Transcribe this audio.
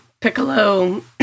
piccolo